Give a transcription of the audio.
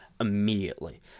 immediately